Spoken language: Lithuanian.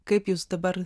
kaip jūs dabar